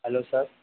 hello sir